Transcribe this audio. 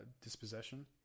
dispossession